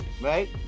right